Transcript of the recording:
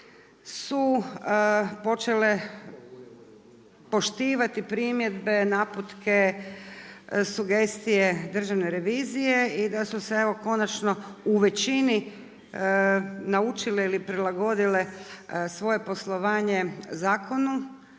su počele poštivati primjedbe, naputke, sugestije Državne revizije i da su se evo konačno u većini naučile ili prilagodile svoje poslovanje zakonu.